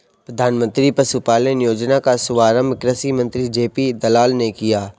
प्रधानमंत्री पशुपालन योजना का शुभारंभ कृषि मंत्री जे.पी दलाल ने किया